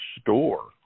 store